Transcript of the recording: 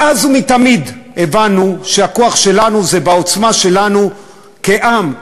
מאז ומתמיד הבנו שהכוח שלנו זה בעוצמה שלנו כעם,